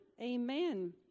Amen